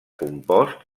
compost